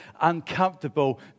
uncomfortable